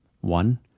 One